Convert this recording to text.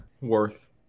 Worth